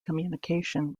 communication